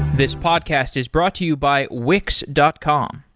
this podcast is brought to you by wix dot com.